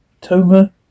Toma